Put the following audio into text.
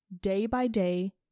day-by-day